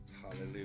hallelujah